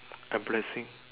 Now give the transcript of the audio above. embarrassing